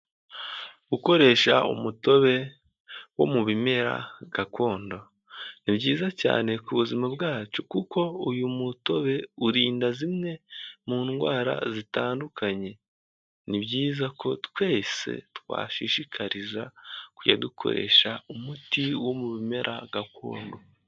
Gukoresha umutobe wo mu bimera gakondo ni byiza cyane ku buzima bwacu kuko uyu mutobe urinda zimwe mu ndwara zitandukanye, ni byiza ko twese twashishikariza kujya kujya dukoresha umuti wo mu bimera gakondo.